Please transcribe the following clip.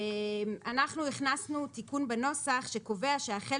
אנחנו הכנסנו תיקון בנוסח שקובע שהחל